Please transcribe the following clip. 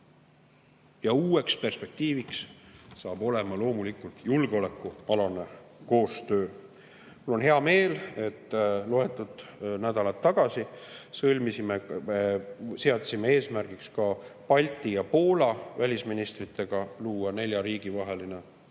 ja uueks perspektiiviks saab olema loomulikult julgeolekualane koostöö. Mul on hea meel, et loetud nädalad tagasi seadsime eesmärgiks ka Balti ja Poola välisministritega luua nelja riigi vaheline